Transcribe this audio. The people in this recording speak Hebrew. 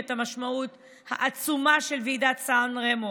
את המשמעות העצומה של ועידת סן רמו,